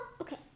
okay